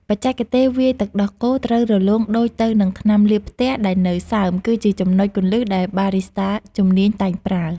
បច្ចេកទេសវាយទឹកដោះគោឱ្យរលោងដូចទៅនឹងថ្នាំលាបផ្ទះដែលនៅសើម គឺជាចំណុចគន្លឹះដែលបារីស្តាជំនាញតែងប្រើ។